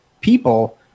people